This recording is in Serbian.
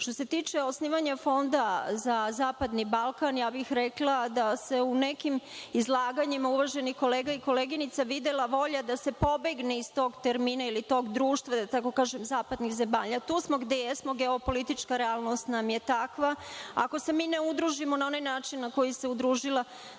se tiče osnivanja fonda za zapadni Balkan, rekla bih da u nekim izlaganjima uvaženih kolega i koleginica videla volja da se pobegne iz tog termina ili tog društva, da tako kažem zapadnih zemalja, tu smo gde jesmo, geopolitička realnost nam je takva. Ako se ne udružimo na onaj način na koji se udružila